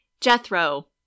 Jethro